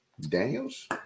Daniels